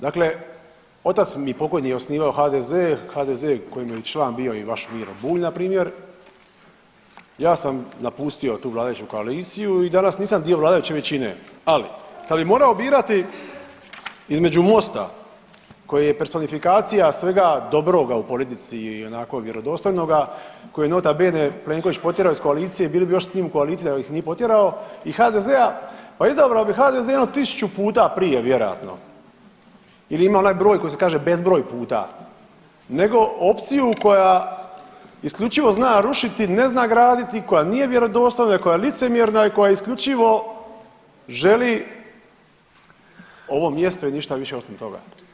Dakle, otac mi pokojni je osnivao HDZ, HDZ kojemu je član bio i vaš Miro Bulj npr., ja sam napustio tu vladajuću koaliciju i danas nisam dio vladajuće većine, ali kad bi morao birati između Mosta koji je personifikacija svega dobroga u politici i onako vjerodostojnoga koje je nota bene Plenković potjerao iz koalicije, bili bi još s njim u koaliciji da ih nije potjerao i HDZ-a, pa izabrao bi HDZ jedno tisuću puta prije vjerojatno ili ima onaj broj koji se kaže bezbroj puta nego opciju koja isključivo zna rušiti, ne zna graditi, koja nije vjerodostojna, koja je licemjerna i koja isključivo želi ovo mjesto i ništa više osim toga.